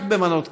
רק במנות קטנות.